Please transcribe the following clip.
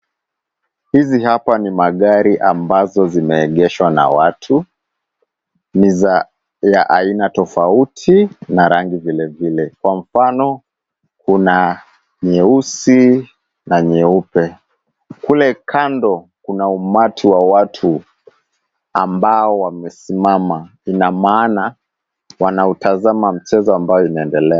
Hizi hapa magari ambazo zimeegeshwa na watu, ni ya aina tofauti na rangi vilevile. Kwa mfano kuna nyeusi na nyeupe. Kule kando kuna umati wa watu ambao wamesimama ina maana wanautazama mchezo ambayo inaendelea.